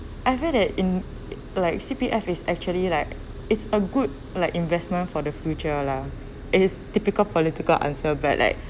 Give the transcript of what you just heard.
I felt that in like C_P_F is actually like it's a good like investment for the future lah it's typical political answer but like